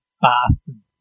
Boston